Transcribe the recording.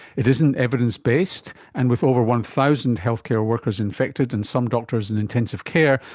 it isn't evidence-based, and with over one thousand healthcare workers infected and some doctors in intensive care,